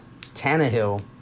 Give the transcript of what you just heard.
Tannehill